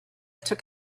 took